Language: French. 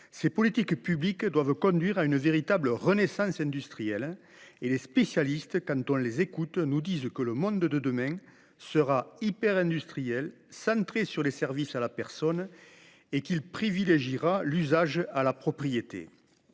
Ces dernières doivent conduire à une véritable « renaissance industrielle ». Les spécialistes, quand on les écoute, nous disent que le monde de demain sera hyperindustriel, centré sur les services à la personne et privilégiera l’usage par rapport